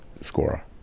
scorer